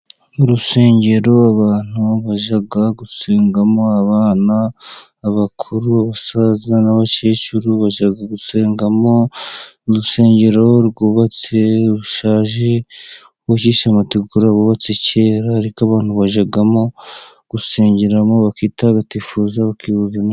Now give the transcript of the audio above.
Urusengero abantu bajya gusengamo, abana, abakuru, abasaza n'abakecuru bajya gusengamo, urusengero rwubatse, rushaje, rwubakishije amategura bubatse kera, ariko abantu bajyamo gusengeramo bakitagatifuza.